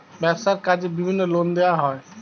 ব্যবসার কাজে বিভিন্ন লোন দেওয়া হয়